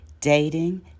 dating